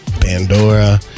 Pandora